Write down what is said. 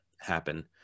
happen